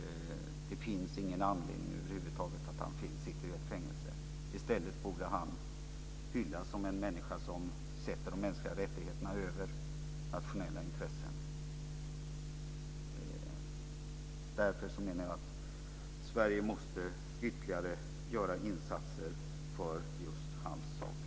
Det finns över huvud taget ingen anledning att han sitter i ett fängelse. I stället borde han hyllas som en människa som sätter de mänskliga rättigheterna över nationella intressen. Därför menar jag att Sverige måste göra ytterligare insatser för just hans sak.